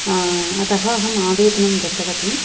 अतः अहम् आवेदनं दत्तवती